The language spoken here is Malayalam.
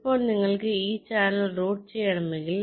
ഇപ്പോൾ നിങ്ങൾക്ക് ഈ ചാനൽ റൂട്ട് ചെയ്യണമെങ്കിൽ